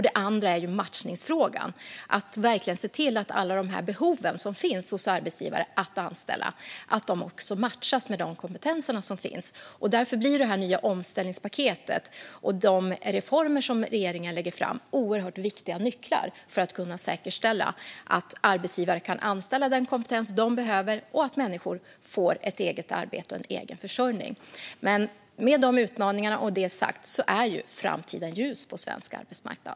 Den andra gäller matchningsfrågan. Vi måste verkligen se till att de behov som finns hos arbetsgivare att anställa matchas med de kompetenser som finns. Därför blir det nya omställningspaketet och de reformer som regeringen lägger fram oerhört viktiga nycklar för att säkerställa att arbetsgivare kan anställa den kompetens de behöver och att människor får ett eget arbete och en egen försörjning. Med det sagt och med dessa utmaningar är dock framtiden ljus på svensk arbetsmarknad.